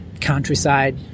countryside